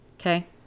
okay